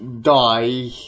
die